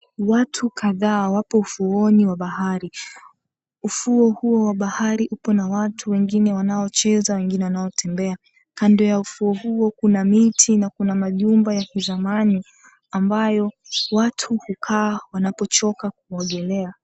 Watu kadhaa wapo ufuoni wa bahari. Ufuo huo wa bahari upo na watu, wengine wanaocheza na wengine wanaotembea. Kando ya ufuo huo kuna miti na kuna majumba ya kizamani ambayo watu hukaa wanapochoka kuogelea.